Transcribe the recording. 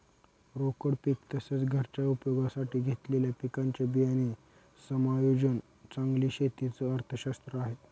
रोकड पीक तसेच, घरच्या उपयोगासाठी घेतलेल्या पिकांचे बियाणे समायोजन चांगली शेती च अर्थशास्त्र आहे